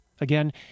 Again